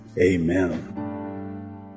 amen